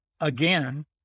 again